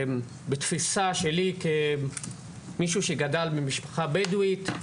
בתפיסה שלי כמישהו שגדל במשפחה בדואית,